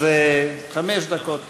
חמש דקות לרשותך,